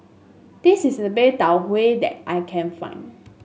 this is the best Tau Huay that I can find